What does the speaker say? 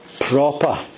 proper